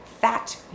fat